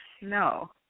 No